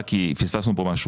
כי פספסנו כאן משהו.